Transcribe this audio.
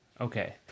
Okay